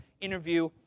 interview